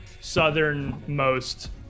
southernmost